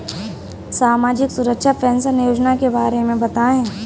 सामाजिक सुरक्षा पेंशन योजना के बारे में बताएँ?